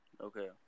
Okay